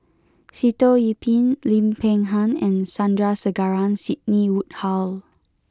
Sitoh Yih Pin Lim Peng Han and Sandrasegaran Sidney Woodhull